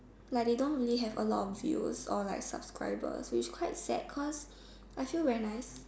like they don't really have a lot views or like subscribers which quite sad cause I feel very nice